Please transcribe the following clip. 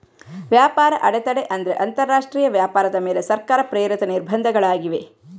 ವ್ಯಾಪಾರ ಅಡೆತಡೆ ಅಂದ್ರೆ ಅಂತರರಾಷ್ಟ್ರೀಯ ವ್ಯಾಪಾರದ ಮೇಲೆ ಸರ್ಕಾರ ಪ್ರೇರಿತ ನಿರ್ಬಂಧಗಳಾಗಿವೆ